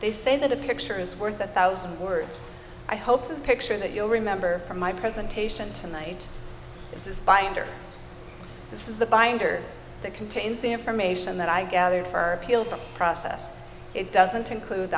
they say that a picture is worth a thousand words i hope the picture that you'll remember from my presentation tonight this is binder this is the binder that contains the information that i gathered her appeal process it doesn't include